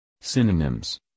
Synonyms